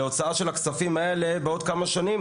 להוצאה של הכספים האלה בעוד כמה שנים,